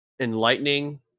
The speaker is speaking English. enlightening